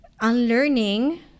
unlearning